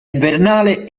invernale